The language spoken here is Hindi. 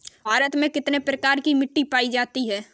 भारत में कितने प्रकार की मिट्टी पाई जाती है?